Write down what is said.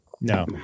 No